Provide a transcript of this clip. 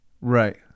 Right